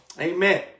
Amen